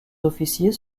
officiers